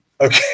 Okay